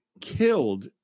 killed